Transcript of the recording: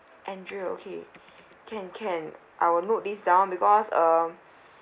andrea okay can can I will note this down because uh